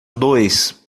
dois